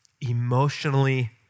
Emotionally